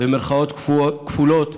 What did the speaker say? במירכאות כפולות,